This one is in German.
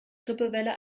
grippewelle